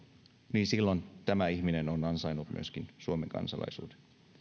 niin silloin tämä ihminen on ansainnut myöskin suomen kansalaisuuden